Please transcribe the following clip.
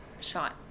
shot